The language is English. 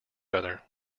other